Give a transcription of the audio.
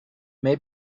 may